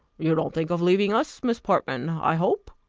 you don't think of leaving us, miss portman, i hope?